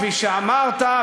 כפי שאמרת,